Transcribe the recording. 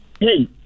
Hey